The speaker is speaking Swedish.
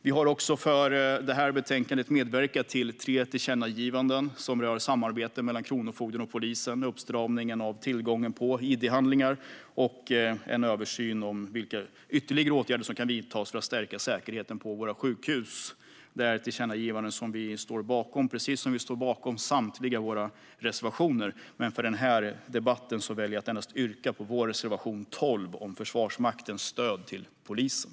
Vi har i detta betänkande medverkat till tre tillkännagivanden som rör samarbete mellan Kronofogden och polisen, en uppstramning av tillgången på id-handlingar och en översyn om vilka ytterligare åtgärder som kan vidtas för att stärka säkerheten på sjukhusen. Det här är tillkännagivanden som vi står bakom. Vi står även bakom samtliga våra reservationer, men i denna debatt väljer jag att yrka bifall endast till reservation 12 om Försvarsmaktens stöd till polisen.